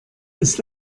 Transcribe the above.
ist